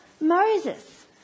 Moses